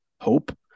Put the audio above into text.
hope